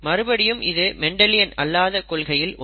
மறுபடியும் இது மெண்டலியன் அல்லாத கொள்கையில் ஒன்று